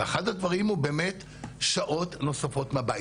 ואחד הדברים הוא באמת שעות נוספות מהבית.